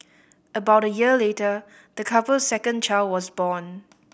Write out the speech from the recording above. about a year later the couple's second child was born